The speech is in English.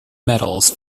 medals